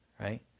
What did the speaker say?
Right